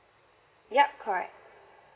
yup correct